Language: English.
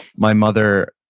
my mother,